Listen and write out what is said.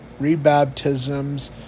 rebaptisms